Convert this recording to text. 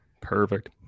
Perfect